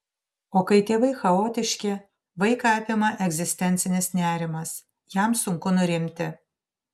o kai tėvai chaotiški vaiką apima egzistencinis nerimas jam sunku nurimti